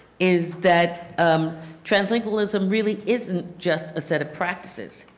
is that um translingualism really isn't just a set of practices.